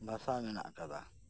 ᱵᱷᱟᱥᱟ ᱢᱮᱱᱟᱜ ᱟᱠᱟᱫᱟ